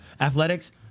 Athletics